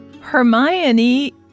Hermione